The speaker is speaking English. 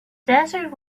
desert